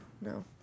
No